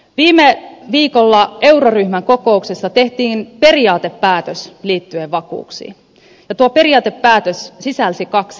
viime viikolla euroryhmän kokouksessa tehtiin periaatepäätös liittyen vakuuksiin ja tuo periaatepäätös sisälsi kaksi asiaa